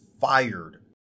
fired